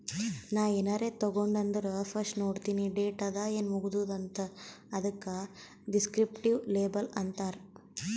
ನಾ ಏನಾರೇ ತಗೊಂಡ್ ಅಂದುರ್ ಫಸ್ಟ್ ನೋಡ್ತೀನಿ ಡೇಟ್ ಅದ ಏನ್ ಮುಗದೂದ ಅಂತ್, ಅದುಕ ದಿಸ್ಕ್ರಿಪ್ಟಿವ್ ಲೇಬಲ್ ಅಂತಾರ್